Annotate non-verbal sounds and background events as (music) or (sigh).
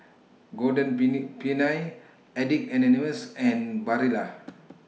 Golden (unintelligible) Peony Addicts Anonymous and Barilla